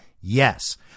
Yes